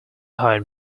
hide